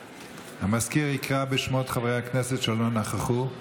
המזכיר יקרא בשמות חברי הכנסת שלא נכחו.